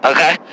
Okay